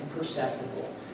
imperceptible